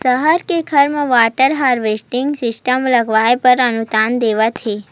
सहर के घर म वाटर हारवेस्टिंग सिस्टम लगवाए बर अनुदान देवत हे